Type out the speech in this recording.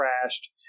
crashed